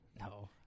No